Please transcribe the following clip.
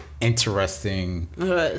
interesting